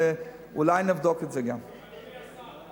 ואולי נבדוק גם את זה.